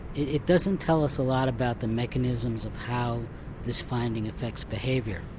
it doesn't tell us a lot about the mechanisms of how this finding affects behaviour.